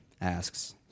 asks